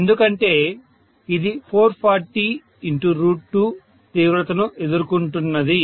ఎందుకంటే ఇది 4402 తీవ్రతను ఎదుర్కొంటున్నది